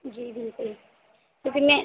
जी बिल्कुल कितने